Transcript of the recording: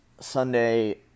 Sunday